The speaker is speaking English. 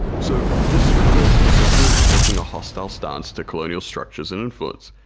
so this refers specifically to taking a hostile stance to colonial structures and influence,